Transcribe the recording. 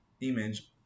image